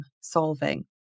solving